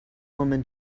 woman